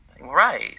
Right